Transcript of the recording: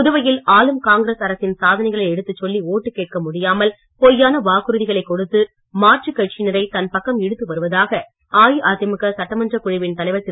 புதுவையில் ஆளும் காங்கிரஸ் அரசின் சாதனைகளை எடுத்துச் சொல்லி ஓட்டு கேட்க முடியாமல் பொய்யான வாக்குறுதிகளை கொடுத்து மாற்று கட்சியனரை தன் பக்கம் இழுத்து வருவதாக அஇஅதிமுக சட்டமன்ற குழுவின் தலைவர் திரு